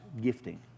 gifting